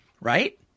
right